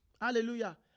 Hallelujah